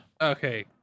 Okay